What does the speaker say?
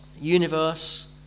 universe